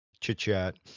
chit-chat